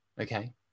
Okay